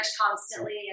constantly